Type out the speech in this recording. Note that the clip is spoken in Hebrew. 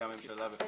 שהציעה הממשלה.